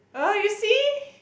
!ugh! you see